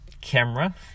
camera